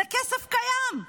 זה כסף קיים.